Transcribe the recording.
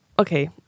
Okay